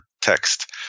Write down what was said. text